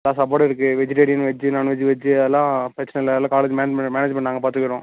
எல்லா சாப்பாடும் இருக்கு வெஜிடேரியன் வெஜ்ஜி நான்வெஜ்ஜி வெஜ்ஜி அதெல்லாம் பிரச்சன இல்லை எல்லாம் காலேஜ் மேனே மேனேஜ்மெண்ட் நாங்கள் பார்த்துக்குறோம்